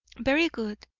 very good,